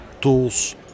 tools